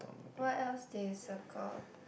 what else did you circle